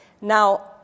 Now